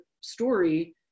story